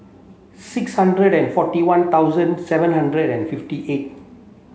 six hundred and forty one thousand seven hundred and fifty eight